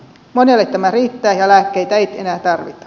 monelle tämä riittää ja lääkkeitä ei enää tarvita